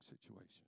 situation